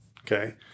Okay